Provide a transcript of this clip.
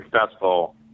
successful